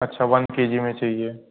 अच्छा one K G में चाहिए